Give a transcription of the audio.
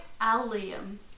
Allium